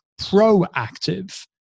proactive